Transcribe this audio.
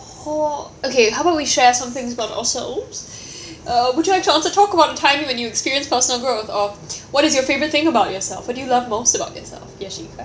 okay how about we share somethings about ourselves uh we try to answer talk about the time when you experience personal growth or what is your favourite thing about yourself what do you love most about yourself ya shika